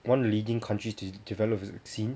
one leading country to develop the vaccine